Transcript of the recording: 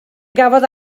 gafodd